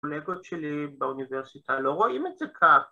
‫הקולגות שלי באוניברסיטה, ‫לא רואים את זה כך.